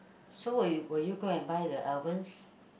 so will will you go and buy the albums